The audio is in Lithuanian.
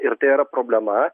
ir tai yra problema